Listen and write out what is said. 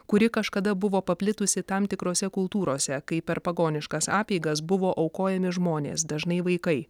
kuri kažkada buvo paplitusi tam tikrose kultūrose kaip per pagoniškas apeigas buvo aukojami žmonės dažnai vaikai